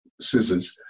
scissors